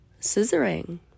scissoring